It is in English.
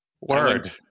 word